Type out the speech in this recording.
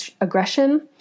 aggression